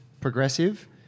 progressive